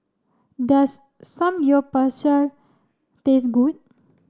does Samgeyopsal taste good